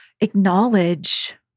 acknowledge